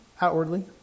outwardly